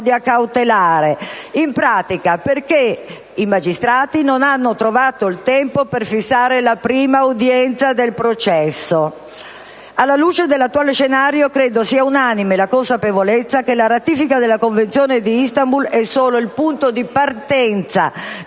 in pratica perché i magistrati non hanno trovato il tempo per fissare la prima udienza del processo. Alla luce dell'attuale scenario, credo che sia unanime la consapevolezza che la ratifica della Convenzione di Istanbul è solo il punto di partenza